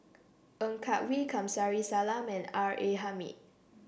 Ng Yak Whee Kamsari Salam and R A Hamid